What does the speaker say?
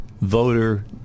voter